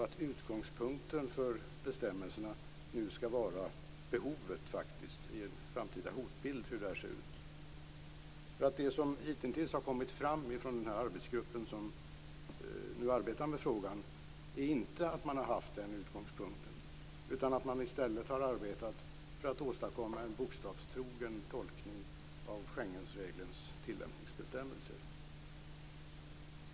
Utgångspunkten för bestämmelserna skall vara behovet i en framtida hotbild. Arbetsgruppen som ser över denna fråga har hittills inte haft den utgångspunkten. I stället har man arbetat för att åstadkomma en bokstavstrogen tolkning av Schengenreglernas tillämpningsbestämmelser.